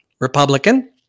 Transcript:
Republican